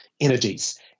energies